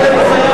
מייד.